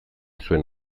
zuen